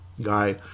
guy